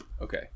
Okay